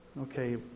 Okay